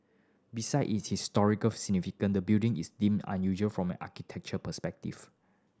beside it is historical significance the building is deemed unusual from an architectural perspective